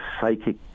psychic